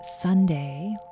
Sunday